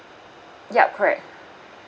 yup correct